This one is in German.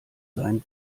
sein